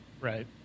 Right